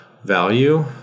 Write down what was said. value